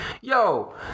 Yo